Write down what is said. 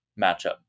matchup